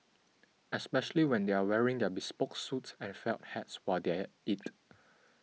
especially when they are wearing their bespoke suits and felt hats while they are at it